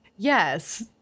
Yes